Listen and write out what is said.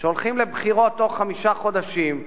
שהולכים לבחירות בתוך חמישה חודשים,